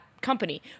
company